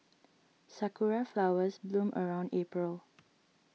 sakura flowers bloom around April